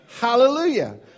Hallelujah